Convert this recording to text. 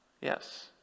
Yes